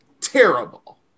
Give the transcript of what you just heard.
terrible